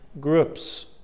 groups